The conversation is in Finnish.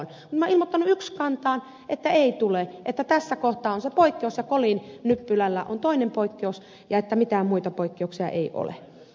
minä olen ilmoittanut yksikantaan että ei tule että tässä kohtaa on poikkeus ja kolin nyppylällä on toinen poikkeus ja että mitään muita poikkeuksia ei ole